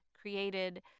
created